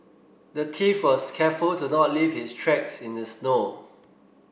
the thief was careful to not leave his tracks in the snow